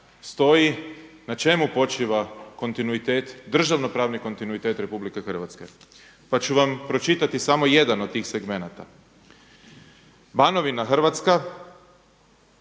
stoji na čemu počiva kontinuitet državno-pravni kontinuitet Republike Hrvatske. Pa ću vam pročitati samo jedan od tih segmenata. Banovina Hrvatska